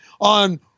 on